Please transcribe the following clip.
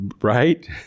Right